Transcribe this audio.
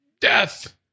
Death